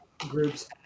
groups